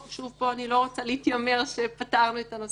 פה אני לא רוצה להתיימר שפתרנו את הנושא,